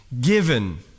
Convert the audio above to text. given